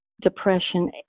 depression